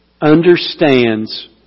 understands